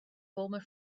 former